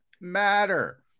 matter